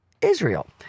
Israel